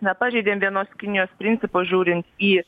nepažeidėm vienos kinijos principo žiūrint į